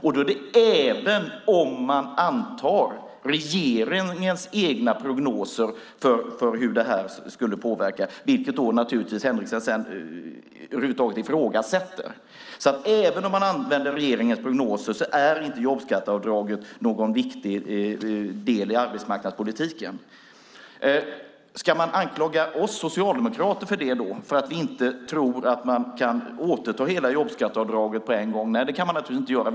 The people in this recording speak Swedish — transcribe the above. Det gäller även om man antar regeringens egna prognoser för hur det här skulle påverka, vilket Henrekson sedan naturligtvis ifrågasätter. Även om man använder regeringens prognoser är inte jobbskatteavdraget någon viktig del i arbetsmarknadspolitiken. Ska man då anklaga oss socialdemokrater för att vi inte tror att man kan återta hela jobbskatteavdraget på en gång? Nej, det kan man naturligtvis inte göra.